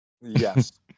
Yes